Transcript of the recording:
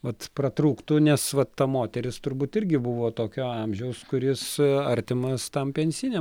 vat pratrūktų nes va ta moteris turbūt irgi buvo tokio amžiaus kuris artimas tam pensijiniam